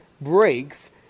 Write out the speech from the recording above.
breaks